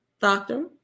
doctor